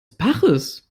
baches